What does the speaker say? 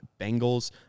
Bengals